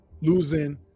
losing